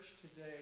today